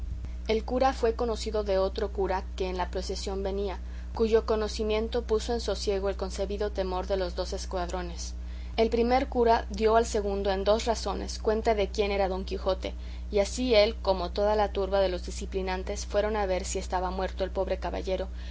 el cura fue conocido de otro cura que en la procesión venía cuyo conocimiento puso en sosiego el concebido temor de los dos escuadrones el primer cura dio al segundo en dos razones cuenta de quién era don quijote y así él como toda la turba de los diciplinantes fueron a ver si estaba muerto el pobre caballero